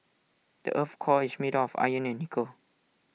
the Earth's core is made of iron and nickel